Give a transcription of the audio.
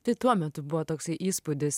tai tuo metu buvo toksai įspūdis